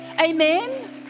Amen